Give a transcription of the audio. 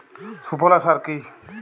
সুফলা সার কি?